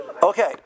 Okay